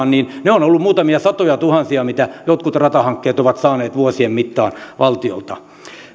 niin ne ovat olleet muutamia satoja tuhansia mitä jotkut ratahankkeet ovat saaneet vuosien mittaan valtiolta